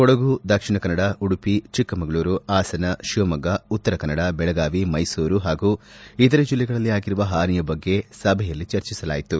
ಕೊಡಗು ದಕ್ಷಿಣ ಕನ್ನಡ ಉಡುಪಿ ಚಿಕ್ಕಮಗಳೂರು ಹಾಸನ ಶಿವಮೊಗ್ಗ ಉತ್ತರಕನ್ನಡ ಬೆಳಗಾವಿ ಮೈಸೂರು ಹಾಗೂ ಇತರೆ ಜಿಲ್ಲೆಗಳಲ್ಲಿ ಆಗಿರುವ ಹಾನಿಯ ಬಗ್ಗೆ ಸಭೆಯಲ್ಲಿ ಚರ್ಚಿಸಲಾಯಿತು